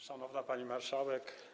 Szanowna Pani Marszałek!